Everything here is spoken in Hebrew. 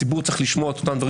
הציבור צריך לשמוע את אותם הדברים.